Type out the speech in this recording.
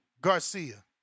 Garcia